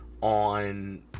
on